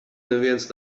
neviens